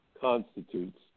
constitutes